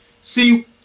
See